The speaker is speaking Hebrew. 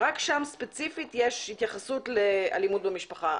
רק שם ספציפית יש התייחסות לנושא של אלימות במשפחה,